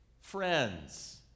friends